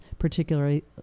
Particularly